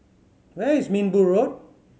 where is Minbu Road